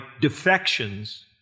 defections